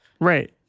right